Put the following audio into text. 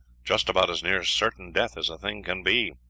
just about as near certain death as a thing can be.